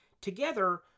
Together